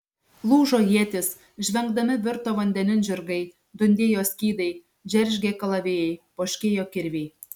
lūžo ietys žvengdami virto vandenin žirgai dundėjo skydai džeržgė kalavijai poškėjo kirviai